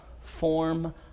form